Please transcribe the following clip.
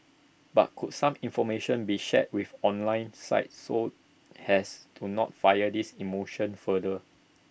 but could some information be shared with online sites so as to not fire these emotions further